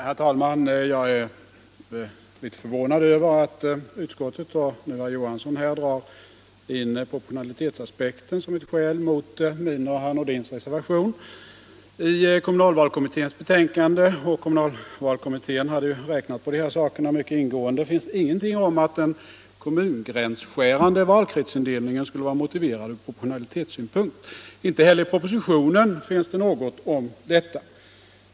Herr talman! Jag är mycket förvånad över att herr Johansson i Trollhättan och utskottet här drar in proportionalitetsaspekten som ett skäl mot herr Nordins och min reservation. I kommunalvalskommitténs betänkande — och i den kommittén har man räknat på de här sakerna mycket ingående — finns ingenting sagt om att en kommungränsskärande valkretsindelning skulle vara motiverad från proportionalitetssynpunkt. Inte heller i propositionen finns det något om detta.